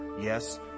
Yes